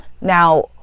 Now